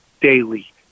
daily